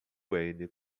wayne